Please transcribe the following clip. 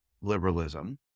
liberalism